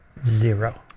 Zero